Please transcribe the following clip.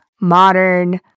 modern